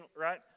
right